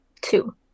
Two